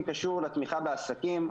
קשור לתמיכה בעסקים.